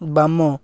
ବାମ